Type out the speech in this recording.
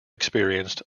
experienced